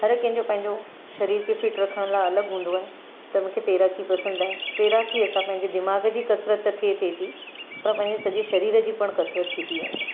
हर कंहिंजो पंहिंजो शरीर खे फ़िट रखण लाइ अलॻि हूंदो आहे त मूंखे तैराकी पसंदि आहे तैराकीअ सां पंहिंजे दिमाग़ जी कसरत त थिए थिए थी पर पंहिंजे सॼे शरीर जी पिणु कसरत थी थी वञे